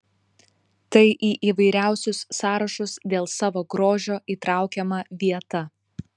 tai į įvairiausius sąrašus dėl savo grožio įtraukiama vieta